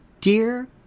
dear